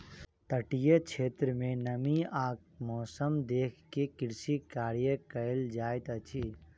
तटीय क्षेत्र में नमी आ मौसम देख के कृषि कार्य कयल जाइत अछि